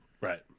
Right